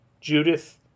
Judith